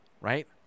right